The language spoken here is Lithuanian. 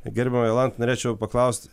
gerbiama jolanta norėčiau paklausti